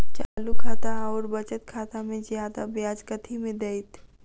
चालू खाता आओर बचत खातामे जियादा ब्याज कथी मे दैत?